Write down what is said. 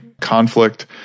conflict